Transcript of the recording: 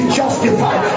justified